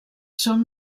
són